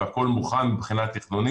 והכול מוכן מבחינת התכנון.